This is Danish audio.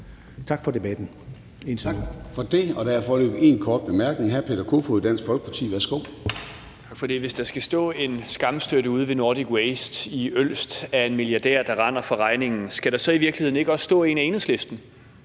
Tak for debatten